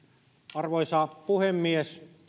arvoisa puhemies